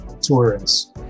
tourists